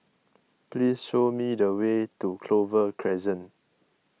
please show me the way to Clover Crescent